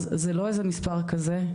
זה לא איזה מספר כזה,